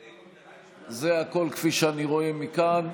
זה הכול, כפי שאני רואה מכאן.